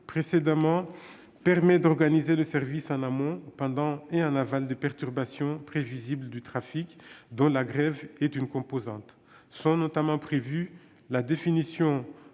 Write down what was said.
précédemment permet d'organiser le service en amont, pendant et en aval des perturbations prévisibles du trafic, dont la grève est une composante. Est notamment prévue la définition